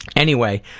anyway,